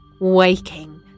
Waking